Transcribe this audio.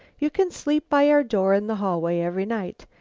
you can sleep by our door in the hallway every night,